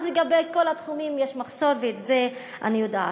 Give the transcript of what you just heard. אז לגבי כל התחומים יש מחסור, ואת זה אני יודעת.